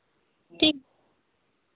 जी